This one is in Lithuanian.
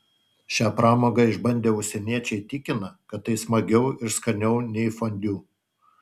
šią pramogą išbandę užsieniečiai tikina kad tai smagiau ir skaniau nei fondiu